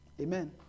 amen